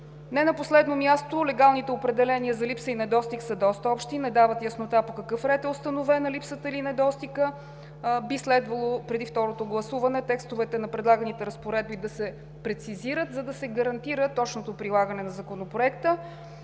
Не на последно място, легалните определения за липса и недостиг са доста общи. Не дават яснота по какъв ред са установени липсата или недостигът. Би следвало преди второто гласуване текстовете на предлаганите разпоредби да се прецизират, за да се гарантира точното прилагане на Законопроекта.